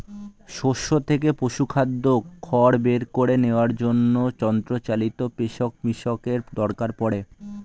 শস্য থেকে পশুখাদ্য খড় বের করে নেওয়ার জন্য যন্ত্রচালিত পেষক মিশ্রকের দরকার পড়ে